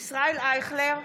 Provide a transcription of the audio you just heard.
ישראל אייכלר,